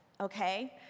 okay